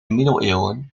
middeleeuwen